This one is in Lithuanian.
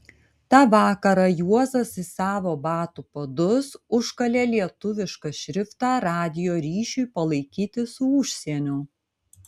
tą vakarą juozas į savo batų padus užkalė lietuvišką šriftą radijo ryšiui palaikyti su užsieniu